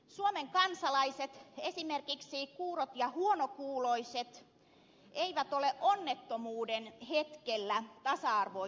suomen kansalaiset esimerkiksi kuurot ja huonokuuloiset eivät ole onnettomuuden hetkellä tasa arvoisia